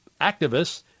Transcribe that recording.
activists